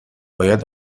باید